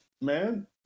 man